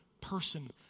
person